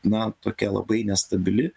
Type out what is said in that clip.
na tokia labai nestabili